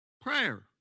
Prayer